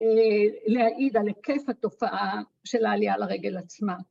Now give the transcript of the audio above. ‫להעיד על היקף התופעה ‫של העלייה לרגל עצמה.